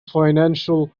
financial